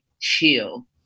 chill